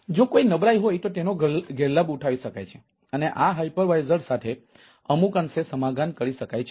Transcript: તેથી જો કોઈ નબળાઈ હોય તો તેનો ગેરલાભ ઉઠાવી શકાય છે અને આ હાઇપરવિઝર સાથે અમુક અંશે સમાધાન કરી શકાય છે